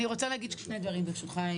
אני רוצה להגיד שני דברים, ברשותך.